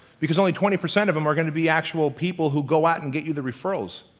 because only twenty percent of them are going to be actual people who go out and get you the referrals.